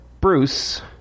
Bruce